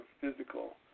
physical